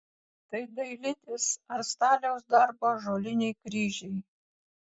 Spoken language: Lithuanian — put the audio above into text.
tai dailidės ar staliaus darbo ąžuoliniai kryžiai